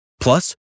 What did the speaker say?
Plus